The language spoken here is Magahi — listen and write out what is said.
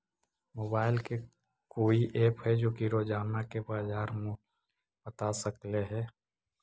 मोबाईल के कोइ एप है जो कि रोजाना के बाजार मुलय बता सकले हे?